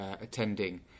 attending